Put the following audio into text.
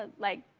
ah like